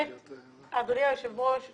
אדוני היושב ראש,